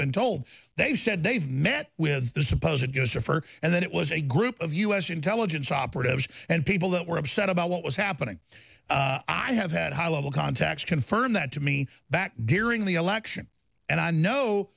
been told they said they've met with the supposed goes for for and then it was a group of u s intelligence operatives and people that were upset about what was happening i have had high level contacts confirm that to me that during the election and i know